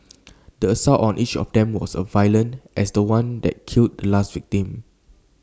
the assault on each of them was as violent as The One that killed the last victim